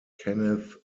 kenneth